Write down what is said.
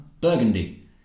burgundy